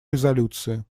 резолюции